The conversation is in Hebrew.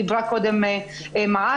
דיברה קודם "איתך-מעכי"